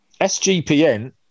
SGPN